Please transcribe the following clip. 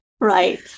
Right